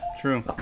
true